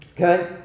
Okay